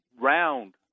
round